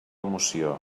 moció